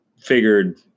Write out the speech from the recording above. figured